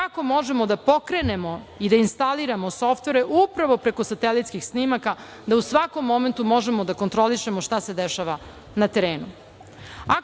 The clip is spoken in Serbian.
kako možemo da pokrenemo i da instaliramo softvere upravo preko satelitskih snimaka da u svakom momentu možemo da kontrolišemo šta se dešava na